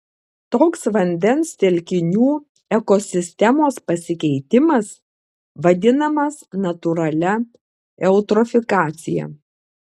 toks vandens telkinių ekosistemos pasikeitimas vadinamas natūralia eutrofikacija